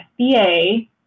SBA